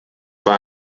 war